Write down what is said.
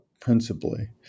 principally